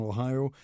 Ohio